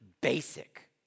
basic